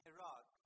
Iraq